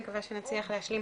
אני מקווה שנצליח להשלים